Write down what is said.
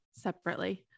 Separately